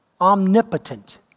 omnipotent